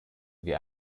wie